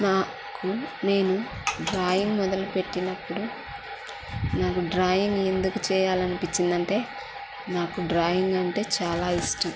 నాకు నేను డ్రాయింగ్ మొదలు పెట్టినప్పుడు నాకు డ్రాయింగ్ ఎందుకు చేయాలి అనిపించింది అంటే నాకు డ్రాయింగ్ అంటే చాలా ఇష్టం